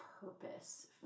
purpose